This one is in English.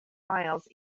miles